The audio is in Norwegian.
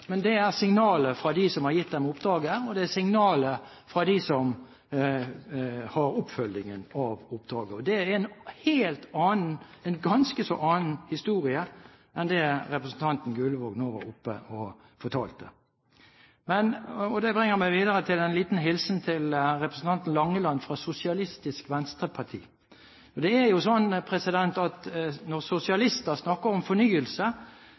men det er signaler fra dem som har gitt dem oppdraget, og det er signaler fra dem som har oppfølgingen av oppdraget. Det er en ganske annen historie enn det representanten Gullvåg nå var oppe og fortalte. Det bringer meg videre til en liten hilsen til representanten Langeland fra Sosialistisk Venstreparti. Det er jo slik at når sosialister snakker om fornyelse,